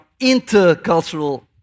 intercultural